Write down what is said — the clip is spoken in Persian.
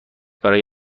برای